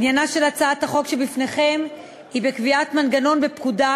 עניינה של הצעת החוק שבפניכם הוא בקביעת מנגנון בפקודה,